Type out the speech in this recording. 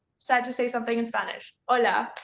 said to say something in spanish. ola!